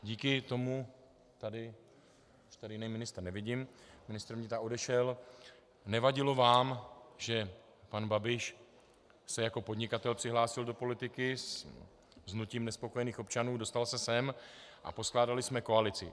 Díky tomu tady, už tady jiného ministra nevidím, ministr vnitra odešel, nevadilo vám, že pan Babiš se jako podnikatel přihlásil do politiky s hnutím nespokojených občanů, dostal se sem a poskládali jsme koalici.